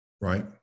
right